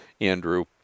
Andrew